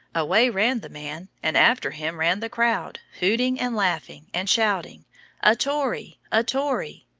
away ran the man, and after him ran the crowd, hooting and laughing, and shouting a tory! a tory!